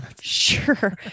sure